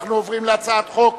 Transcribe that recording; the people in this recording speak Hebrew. אנחנו עוברים להצבעה על הצעת חוק